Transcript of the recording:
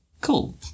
Cool